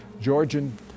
Georgian